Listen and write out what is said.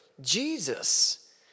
Jesus